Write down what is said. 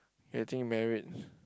getting married